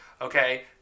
okay